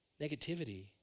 negativity